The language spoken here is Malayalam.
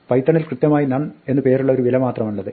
പൈത്തണിൽ കൃത്യമായി നൺ എന്ന് പേരുള്ള ഒരു വില മാത്രമാണുള്ളത്